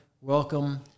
welcome